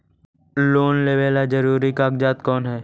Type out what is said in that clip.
Loan लेब ला जरूरी कागजात कोन है?